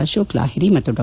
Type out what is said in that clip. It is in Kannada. ಅಶೋಕ್ ಲಾಹಿರಿ ಮತ್ತು ಡಾ